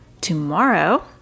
tomorrow